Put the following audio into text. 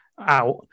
out